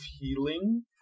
healing